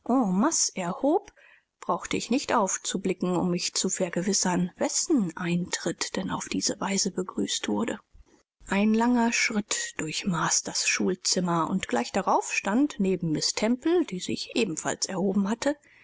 brauchte ich nicht aufzublicken um mich zu vergewissern wessen eintritt denn auf diese weise begrüßt wurde ein langer schritt durchmaß das schulzimmer und gleich darauf stand neben miß temple die sich ebenfalls erhoben hatte